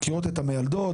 מכירות את המיילדות,